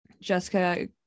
Jessica